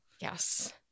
Yes